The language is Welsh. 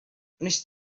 wnest